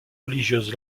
religieuse